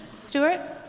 stewart?